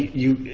you you